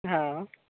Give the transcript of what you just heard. हँ